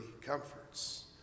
comforts